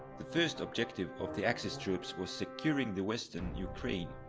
the first objective of the axis troops was securing the western ukraine.